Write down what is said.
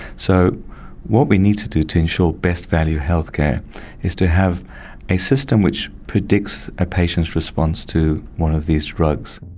so what we need to do to ensure best value healthcare is to have a system which predicts a patient's response to one of these drugs.